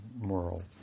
moral